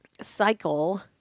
cycle